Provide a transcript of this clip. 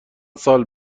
سال